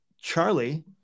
Charlie